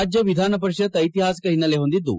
ರಾಜ್ಯ ವಿಧಾನಪರಿಷತ್ ಐತಿಹಾಸಿಕ ಹಿನ್ನೆಲೆ ಹೊಂದಿದ್ದು